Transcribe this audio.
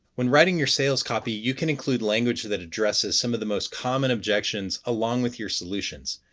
when writing your sales copy, you can include language that addresses some of the most common objections along with your solutions.